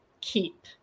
keep